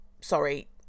sorry